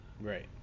Right